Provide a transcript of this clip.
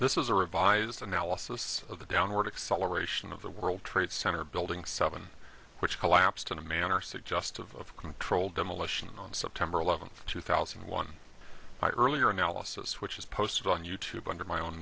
this is a revised analysis of the downward acceleration of the world trade center building seven which collapsed in a manner suggest of controlled demolition on september eleventh two thousand and one by earlier analysis which was posted on you tube under my own